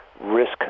risk